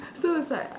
so it's like